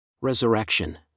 Resurrection